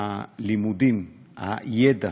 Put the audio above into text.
הלימודים, הידע,